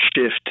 shift